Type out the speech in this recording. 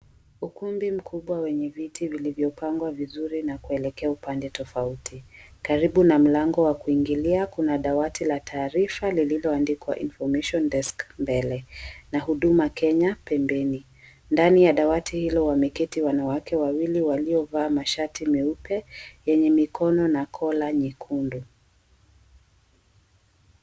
Ukumbi mkubwa wenye viti vilivyopangwa vizuri na kuelekea upande tofauti. Karibu na mlango wa kuingilia kuna dawati la taarifa lilioandikwa, Information Desk mbele na Huduma Kenya pembeni, ndani ya dawati hilo wameketi wanawake wawili waliovaa mashati meupe yenye mikono na collar nyekundu.